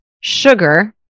sugar